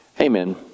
Amen